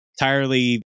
entirely